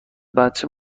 بچه